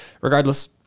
Regardless